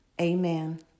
Amen